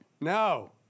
no